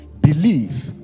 believe